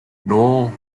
noel